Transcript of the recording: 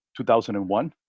2001